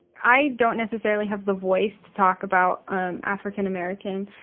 i don't necessarily have the voice to talk about um african american